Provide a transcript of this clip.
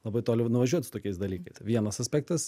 labai toli nuvažiuoti su tokiais dalykais vienas aspektas